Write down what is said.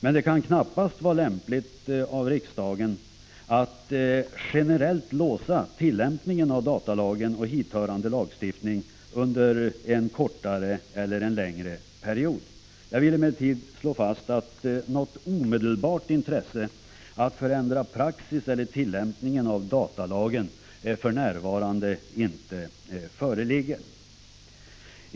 Men det kan knappast vara lämpligt av riksdagen att generellt så att säga låsa tillämpningen av datalagen och hithörande lagstiftning under en kortare eller längre period. Jag vill emellertid slå fast att något omedelbart intresse att förändra praxis eller tillämpning av datalagen för närvarande inte föreligger.